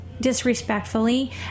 disrespectfully